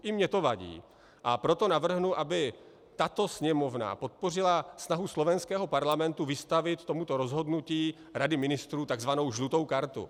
I mně to vadí, a proto navrhnu, aby tato Sněmovna podpořila snahu slovenského parlamentu vystavit tomuto rozhodnutí Rady ministrů tzv. žlutou kartu.